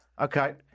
Okay